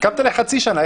הסכמת לחצי שנה.